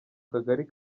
kagari